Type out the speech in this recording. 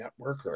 Networker